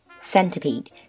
Centipede